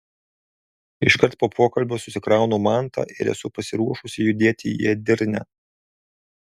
iškart po pokalbio susikraunu mantą ir esu pasiruošusi judėti į edirnę